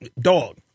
dog